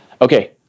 Okay